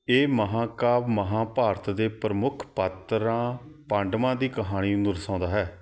ਇਹ ਮਹਾਂਕਾਵਿ ਮਹਾਂਭਾਰਤ ਦੇ ਪ੍ਰਮੁੱਖ ਪਾਤਰਾਂ ਪਾਂਡਵਾਂ ਦੀ ਕਹਾਣੀ ਨੂੰ ਦਰਸਾਉਂਦਾ ਹੈ